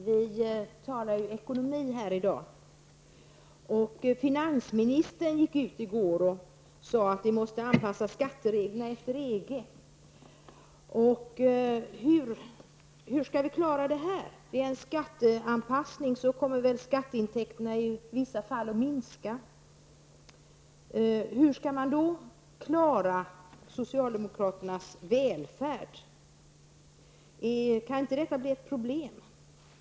Herr talman! Vi talar ekonomi här i dag. Finansministern gick ut i går och sade att vi måste anpassa skattereglerna till EG. Hur skall vi klara det? Det är en skatteanpassning som innebär att skatteintäkterna i vissa fall kommer att minska. Hur skall man då klara socialdemokraternas välfärd? Kan inte detta bli ett problem? Hur har Bo Holmberg tänkt att vi skall klara det?